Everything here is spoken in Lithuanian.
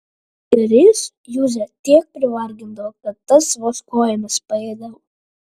ir jis juzę tiek privargindavo kad tas vos kojomis paeidavo